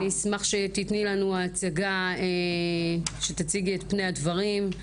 אני אשמח שתציגי את פני הדברים,